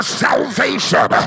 salvation